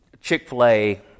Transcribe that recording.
Chick-fil-A